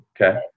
okay